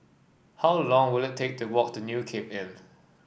how long will it take to walk to New Cape Inn